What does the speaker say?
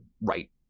right